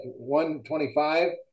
125